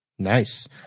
Nice